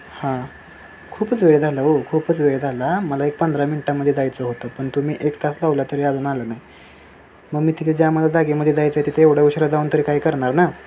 हां खूपच वेळ झालं हो खूपच वेळ झाला मला एक पंधरा मिनिटामध्ये जायचं होतं पण तुम्ही एक तास लावला तरी अजून आलं नाही मग मी तिथे ज्या मला जागेमध्ये जायचं आहे तिथे एवढं उशिरा जाऊन तरी काय करणार ना